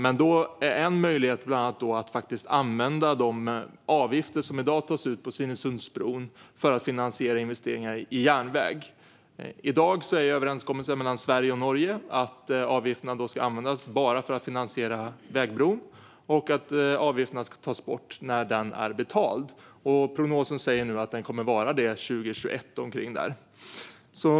En möjlighet är att faktiskt använda de avgifter som i dag tas ut på Svinesundsbron till att finansiera investeringar i järnväg. I dag är överenskommelsen mellan Sverige och Norge att avgifterna ska användas bara för att finansiera vägbron och att avgifterna ska tas bort när den är betald. Prognosen är att den kommer att vara det omkring 2021.